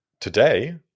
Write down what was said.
today